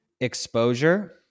exposure